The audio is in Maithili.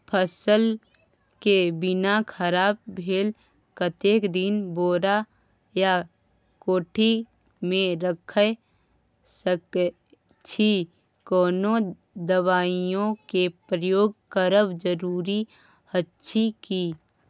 फसल के बीना खराब भेल कतेक दिन बोरा या कोठी मे रयख सकैछी, कोनो दबाईयो के प्रयोग करब जरूरी अछि की?